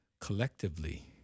collectively